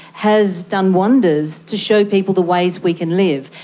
has done wonders to show people the ways we can live.